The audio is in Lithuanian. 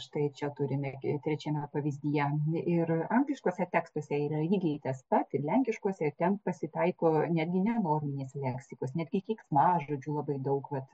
štai čia turi netgi trečiame pavyzdyje ir angliškuose tekstuose yra lygiai tas pat ir lenkiškuose ten pasitaiko netgi nenorminės leksikos netgi keiksmažodžių labai daug vat